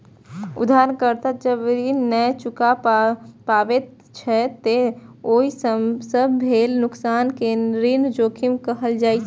उधारकर्ता जब ऋण नै चुका पाबै छै, ते ओइ सं भेल नुकसान कें ऋण जोखिम कहल जाइ छै